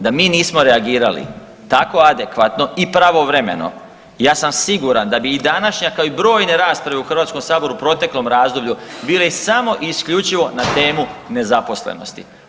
Da mi nismo reagirali tako adekvatno i pravovremeno ja sam siguran da bi i današnja kao i brojne rasprave u Hrvatskom saboru u proteklom razdoblju bile samo i isključivo na temu nezaposlenosti.